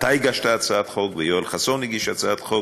שהגשת את הצעת החוק, ויואל חסון הגיש הצעת חוק,